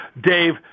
Dave